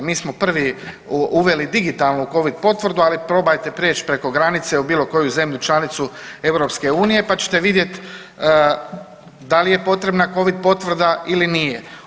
Mi smo prvi uveli digitalnu covid potvrdu, ali probajte prijeć preko granice u bilo koju zemlju članicu EU, pa ćete vidjet da li je potrebna covid potvrda ili nije.